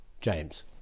James